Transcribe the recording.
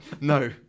No